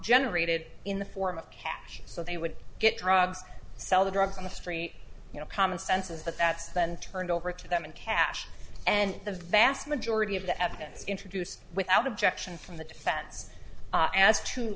generated in the form of cash so they would get drugs sell the drugs on the street you know common senses but that's been turned over to them in cash and the vast majority of that evidence introduced without objection from the defense a